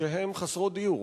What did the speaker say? שהן חסרות דיור.